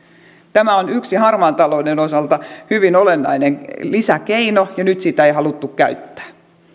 tämä on harmaan talouden osalta yksi hyvin olennainen lisäkeino ja nyt sitä ei haluttu käyttää